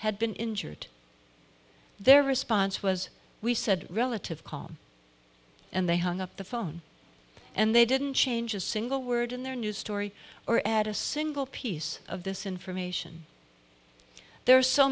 had been injured their response was we said relative calm and they hung up the phone and they didn't change a single word in their new story or add a single piece of this information there